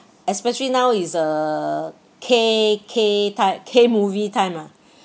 especially now is uh K K ti~ K movie time ah